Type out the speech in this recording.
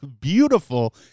beautiful